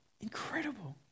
Incredible